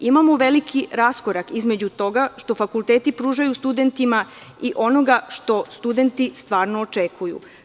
Imamo veliki raskorak između toga što fakulteti pružaju studentima i onoga što studenti stvarno očekuju.